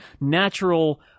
natural